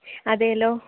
അതെ അല്ലോ